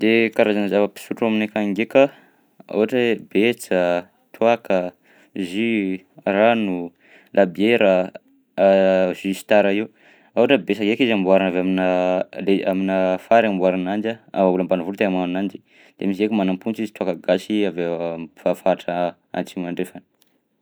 De karazana zava-pisotro aminay akagny ndraika, ohatra hoe betsa, toàka, jus, rano, labiera, jus star io. Raha ohatra betsa ndraika izy amboarina avy aminà le aminà fary amboarana ananjy a olo ambanivolo tegna magnano ananjy. De misy eky manampontsy izy toàka gasy avy am'farifaritra atsimo andrefana.